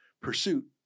pursuit